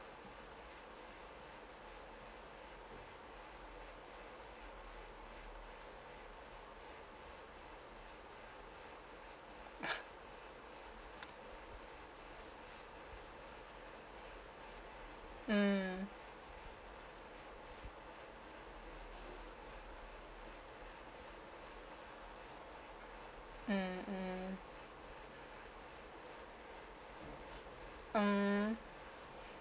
mm mm mm mm